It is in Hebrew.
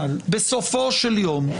בסופו של יום,